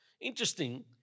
Interesting